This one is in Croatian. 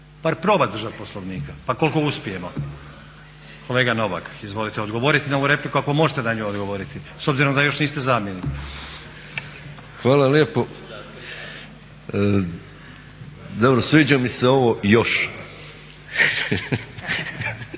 bar probati držati Poslovnika pa koliko uspijemo. Kolega Novak, izvolite odgovoriti na ovu repliku ako možete na nju odgovoriti s obzirom da još niste zamjenik. **Novak, Mladen (Nezavisni)** Hvala lijepo. Dobro sviđa mi se ovo još.